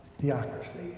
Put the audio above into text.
theocracy